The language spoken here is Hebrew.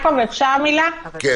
אני